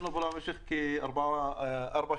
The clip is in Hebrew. במושב הבא ועדת המשנה תהיה בנושא של אזורי תעשייה ותעסוקה.